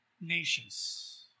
nations